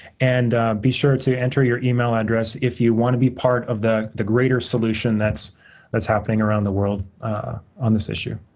and be sure to enter your email address if you want to be part of the the greater solution that's that's happening around the world on this issue.